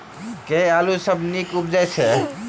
केँ आलु सबसँ नीक उबजय छै?